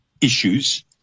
issues